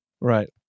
right